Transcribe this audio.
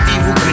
Evil